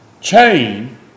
chain